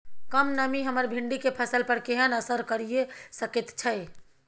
कम नमी हमर भिंडी के फसल पर केहन असर करिये सकेत छै?